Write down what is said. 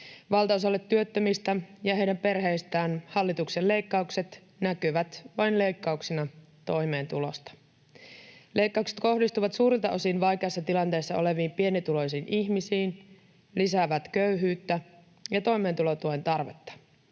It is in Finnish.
Valtaosalle työttömistä ja heidän perheistään hallituksen leikkaukset näkyvät vain leikkauksina toimeentulosta. Leikkaukset kohdistuvat suurilta osin vaikeassa tilanteessa oleviin pienituloisiin ihmisiin, lisäävät köyhyyttä ja toimeentulotuen tarvetta.